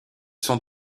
sont